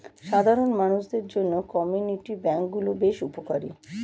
সাধারণ মানুষদের জন্য কমিউনিটি ব্যাঙ্ক গুলো বেশ উপকারী